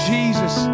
Jesus